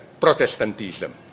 Protestantism